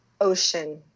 Ocean